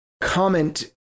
comment